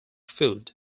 food